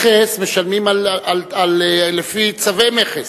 מכס משלמים לפי צווי מכס.